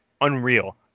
unreal